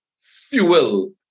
fuel